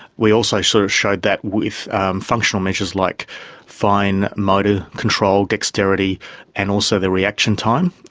we also sort of showed that with functional measures like fine motor control dexterity and also their reaction time,